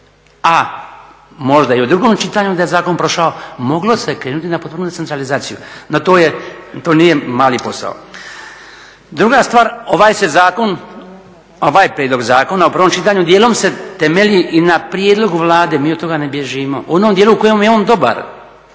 a možda i u drugom čitanju da je zakon prošao, moglo se krenuti na potpunu decentralizaciju. No, to nije mali posao. Druga stvar, ovaj prijedlog zakona u prvom čitanju dijelom se temelji i na prijedlogu Vlade. Mi od toga ne bježimo. U onom dijelu u kojem je on dobar,